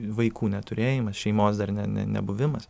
vaikų neturėjimas šeimos dar ne ne nebuvimas